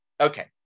Okay